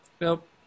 Nope